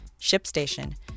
Shipstation